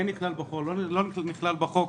אם כן נכלל בחוק או לא נכלל בחוק,